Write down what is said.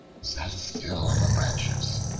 sat still on the branches,